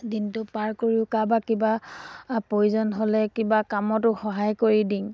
দিনটো পাৰ কৰিও কৰোবাৰ কিবা প্ৰয়োজন হ'লে কিবা কামতো সহায় কৰি দিওঁ